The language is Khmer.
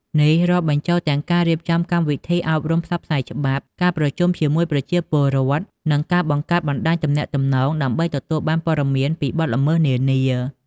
នេះរាប់បញ្ចូលទាំងការរៀបចំកម្មវិធីអប់រំផ្សព្វផ្សាយច្បាប់ ការប្រជុំជាមួយប្រជាពលរដ្ឋ និងការបង្កើតបណ្ដាញទំនាក់ទំនងដើម្បីទទួលបានព័ត៌មានពីបទល្មើសនានា។